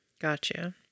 Gotcha